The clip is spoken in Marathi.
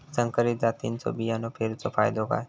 संकरित जातींच्यो बियाणी पेरूचो फायदो काय?